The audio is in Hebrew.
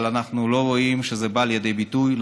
אבל אנחנו לא רואים שזה בא לידי ביטוי.